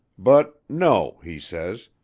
but no, he says,